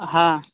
हँ